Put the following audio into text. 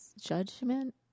judgment